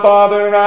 Father